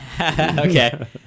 Okay